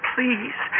Please